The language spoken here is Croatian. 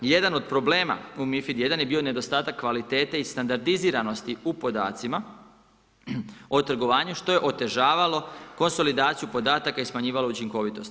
Jedan od problema u MiFID 1 je bio nedostatak kvalitete i standardiziranost u podacima o trgovanju što je otežavalo konsolidaciju podataka i smanjivalo učinkovitost.